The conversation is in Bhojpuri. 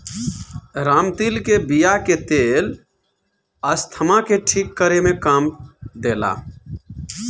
रामतिल के बिया के तेल अस्थमा के ठीक करे में काम देला